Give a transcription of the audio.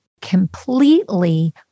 completely